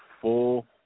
full